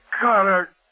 Carter